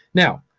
now,